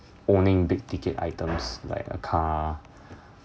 owning big ticket items like a car